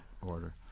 order